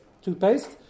toothpaste